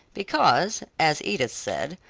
because, as edith said,